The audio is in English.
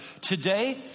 Today